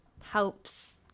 helps